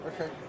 Okay